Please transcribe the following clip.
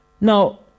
Now